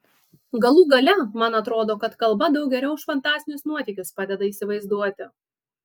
galų gale man atrodo kad kalba daug geriau už fantastinius nuotykius padeda įsivaizduoti